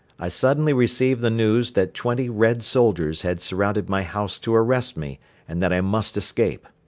i suddenly received the news that twenty red soldiers had surrounded my house to arrest me and that i must escape.